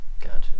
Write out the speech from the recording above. Gotcha